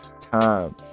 time